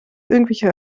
irgendwelche